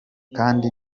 kandi